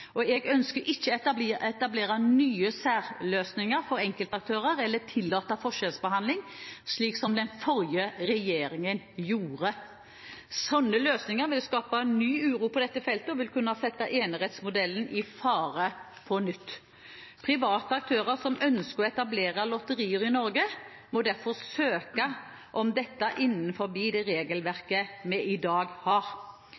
Jeg ønsker ikke å etablere nye særløsninger for enkeltaktører eller tillate forskjellsbehandling, slik forrige regjering gjorde. Slike løsninger vil skape ny uro på dette feltet og vil kunne sette enerettsmodellen i fare på nytt. Private aktører som ønsker å etablere lotteri i Norge, må derfor søke om dette innenfor det regelverket vi i dag har.